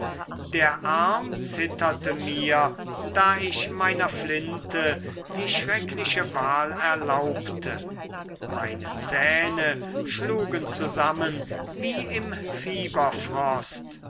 der arm zitterte mir da ich meiner flinte die schreckliche wahl erlaubte meine zähne schlugen zusammen wie im fieberfrost